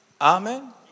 Amen